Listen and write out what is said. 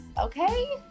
Okay